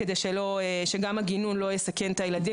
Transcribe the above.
כך שגם הגינון לא יסכן את הילדים,